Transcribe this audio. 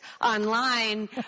online